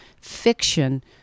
fiction